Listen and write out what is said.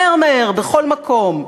מהר מהר, בכל מקום.